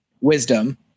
wisdom